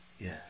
Yes